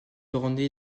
orné